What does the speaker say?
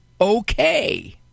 okay